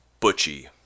Butchie